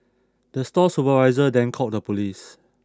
the store supervisor then called the police